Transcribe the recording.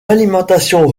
alimentation